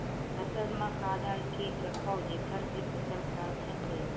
फसल म का डाल के रखव जेखर से फसल खराब झन हो?